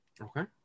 Okay